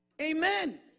Amen